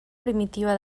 primitiva